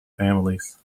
families